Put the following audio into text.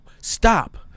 stop